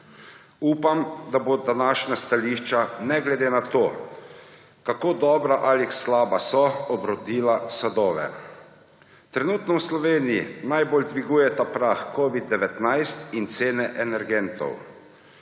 Upam, da bodo današnja stališča, ne glede na to, kako dobra ali slaba so, obrodila sadove. Trenutno v Sloveniji najbolj dvigujeta prah covid-19 in cene energentov.